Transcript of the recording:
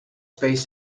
space